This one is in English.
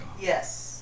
yes